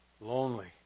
lonely